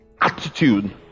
attitude